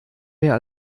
mehr